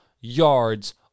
yards